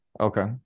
Okay